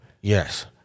Yes